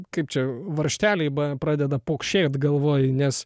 kaip čia varžteliai b pradeda pokšėt galvoj nes